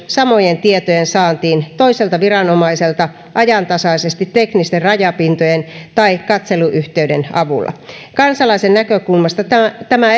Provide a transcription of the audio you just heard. samojen tietojen saantiin toiselta viranomaiselta ajantasaisesti teknisten rajapintojen tai katseluyhteyden avulla kansalaisen näkökulmasta tämä tämä